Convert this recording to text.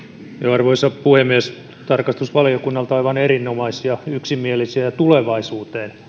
arvoisa puhemies tarkastusvaliokunnalta aivan erinomaisia yksimielisiä ja tulevaisuuteen